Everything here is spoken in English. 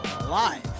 live